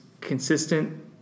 consistent